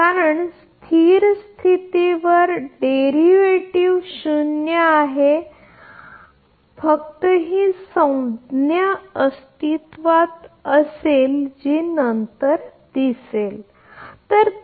कारण स्थिर स्थितीवर डेरिव्हेटिव्ह शून्य आहे फक्त ही संज्ञा अस्तित्त्वात असेल जी नंतर दिसेल